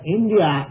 India